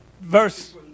Verse